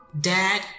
dad